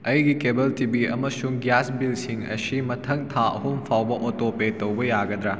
ꯑꯩꯒꯤ cable T V ꯑꯃꯁꯨꯡ gas ꯕꯤꯜꯁꯤꯡ ꯑꯁꯤ ꯃꯊꯪ ꯊꯥ ꯑꯍꯨꯝ ꯐꯥꯎꯕ ꯑꯣꯇꯣꯄꯦ ꯇꯧꯕ ꯌꯥꯒꯗ꯭ꯔꯥ